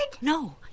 No